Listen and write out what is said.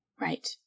Right